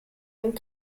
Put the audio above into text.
and